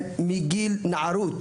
והוא נגרר לעבריינות מגיל נערות.